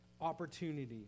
opportunity